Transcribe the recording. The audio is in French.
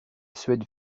suède